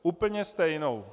Úplně stejnou.